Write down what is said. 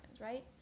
right